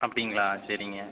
அப்படிங்களா சரிங்க